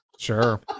Sure